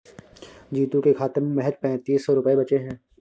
जीतू के खाते में महज पैंतीस सौ रुपए बचे हैं